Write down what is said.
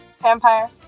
Vampire